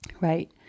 right